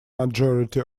majority